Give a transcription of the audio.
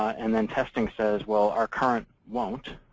and then testing says, well, our current won't,